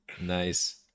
Nice